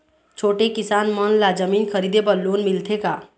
छोटे किसान मन ला जमीन खरीदे बर लोन मिलथे का?